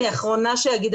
אני האחרונה שאגיד,